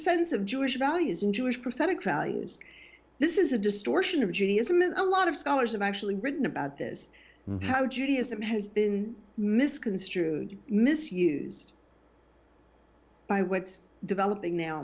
sense of jewish values and jewish prophetic values this is a distortion of judaism and a lot of scholars have actually written about this how judaism has been misconstrued misused by what's developing now